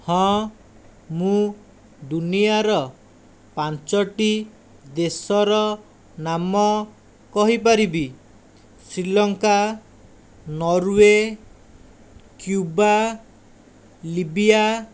ହଁ ମୁଁ ଦୁନିଆର ପାଞ୍ଚଗୋଟି ଦେଶର ନାମ କହିପାରିବି ଶ୍ରୀଲଙ୍କା ନରୱେ କ୍ୟୁବା ଲିବିଆ